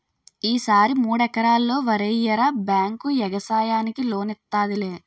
ఈ సారి మూడెకరల్లో వరెయ్యరా బేంకు యెగసాయానికి లోనిత్తాదిలే